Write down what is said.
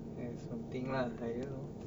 eh something lah I don't know